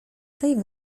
tej